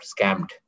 scammed